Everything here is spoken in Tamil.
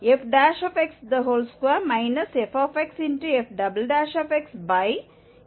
எனவே gx1 fx2 fxfxfx2